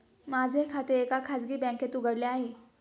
माझे खाते एका खाजगी बँकेत उघडले आहे